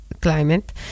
climate